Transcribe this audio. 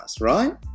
right